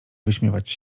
wyśmiewać